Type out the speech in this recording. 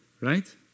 Right